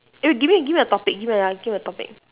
eh give me give me a topic give me another give a topic